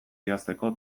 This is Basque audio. idazteko